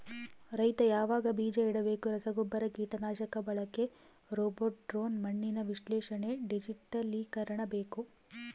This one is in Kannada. ರೈತ ಯಾವಾಗ ಬೀಜ ಇಡಬೇಕು ರಸಗುಬ್ಬರ ಕೀಟನಾಶಕ ಬಳಕೆ ರೋಬೋಟ್ ಡ್ರೋನ್ ಮಣ್ಣಿನ ವಿಶ್ಲೇಷಣೆ ಡಿಜಿಟಲೀಕರಣ ಬೇಕು